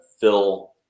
fill